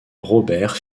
robert